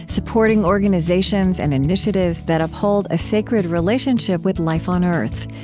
supporting organizations and initiatives that uphold a sacred relationship with life on earth.